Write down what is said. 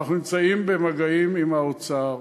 אנחנו נמצאים במגעים עם האוצר.